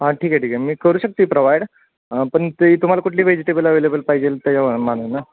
हां ठीक आहे ठीक आहे मी करू शकते प्रोव्हाइड पण ते तुम्हाला कुठली वेजिटेबल अव्हेलेबल पाहिजेल त्याच्या मानाने ना